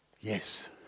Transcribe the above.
Yes